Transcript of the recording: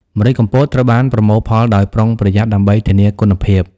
ម្រេចកំពតត្រូវបានប្រមូលផលដោយប្រុងប្រយ័ត្នដើម្បីធានាគុណភាព។